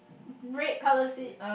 red colour seats